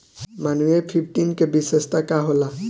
Malviya fifteen के विशेषता का होला?